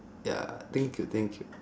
ya thank you thank you